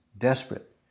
desperate